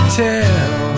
tell